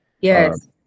Yes